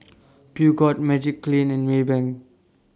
Peugeot Magiclean and Maybank